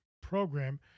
program